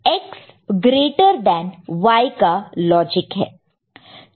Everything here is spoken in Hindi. यह X ग्रेटर देन Y का लॉजिक है